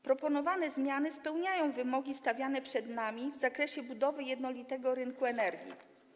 Proponowane zmiany spełniają wymogi stawiane przed nami w zakresie budowy jednolitego rynku energii.